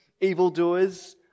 evildoers